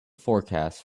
forecast